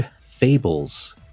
fables